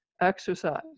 exercise